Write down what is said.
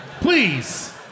Please